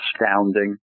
astounding